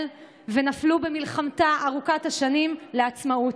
ונפלו במלחמתה ארוכת השנים לעצמאות.